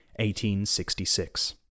1866